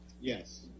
Yes